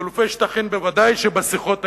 חילופי שטחים ודאי שבשיחות האלה,